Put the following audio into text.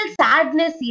sadness